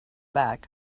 bag